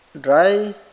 dry